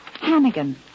Hannigan